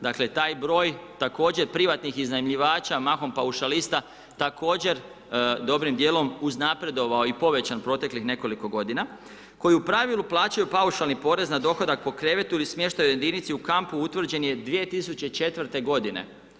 Dakle taj broj također privatnih iznajmljivača, mahom paušalista također dobrim dijelom uznapredovao i povećan proteklih nekoliko godina koji u pravilu plaćaju paušalni porez na dohodak po krevetu ili smještajnoj jedinici u kampu utvrđen je 2004. godine.